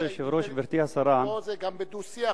זה גם בדו-שיח,